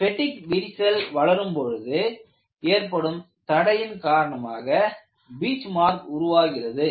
பெட்டிக் விரிசல் வளரும்போது ஏற்படும் தடையின் காரணமாக பீச்மார்க் உருவாகிறது